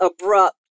abrupt